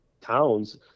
towns